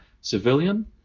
civilian